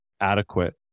adequate